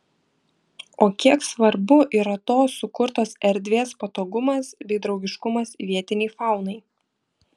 o kiek svarbu yra tos sukurtos erdvės patogumas bei draugiškumas vietinei faunai